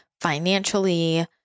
financially